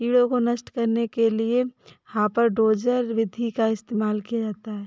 कीटों को नष्ट करने के लिए हापर डोजर विधि का इस्तेमाल किया जाता है